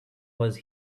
was